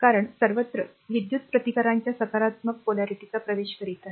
कारण सर्वत्र विद्युत् प्रतिकारांच्या सकारात्मक ध्रुवपणामध्ये प्रवेश करीत आहे